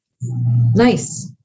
Nice